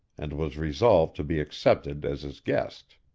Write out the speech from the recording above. and was resolved to be accepted as his guest.